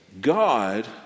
God